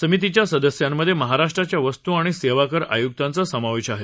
समितीच्या सदस्यांमधे महाराष्ट्राच्या वस्तू आणि सेवा कर आयुक्तांचा समावेश आहे